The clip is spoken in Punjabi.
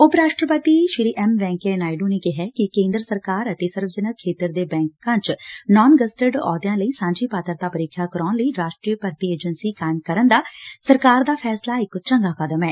ਉਪ ਰਾਸ਼ਟਰਪਤੀ ਐਮ ਵੈਕਈਆ ਨਾਇਡੂ ਨੇ ਕਿਹੈ ਕਿ ਕੇਦਰ ਸਰਕਾਰ ਅਤੇ ਜਨਤਕ ਖੇਤਰ ਦੇ ਬੈਕਾ ਚ ਨਾਨ ਗਜਟਡ ਅਹੁੱਦਿਆਂ ਲਈ ਸਾਂਝੀ ਪਾਤਰਤਾ ਪ੍ਰੀਖਿਆ ਕਰਾਉਣ ਲਈ ਰਾਸ਼ਟਰੀ ਭਰਤੀ ਏਜੰਸੀ ਕਾਇਮ ਕਰਨ ਦਾ ਸਰਕਾਰ ਦਾ ਫੈਸਲਾ ਇਕ ਚੰਗਾ ਕਦਮ ਏ